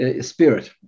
spirit